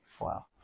wow